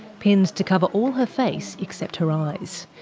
pinned to cover all her face except her eyes.